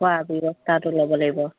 খোৱা ব্যৱস্থাটো ল'ব লাগিব